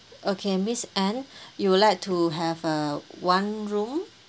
okay miss ann you would like to have uh one room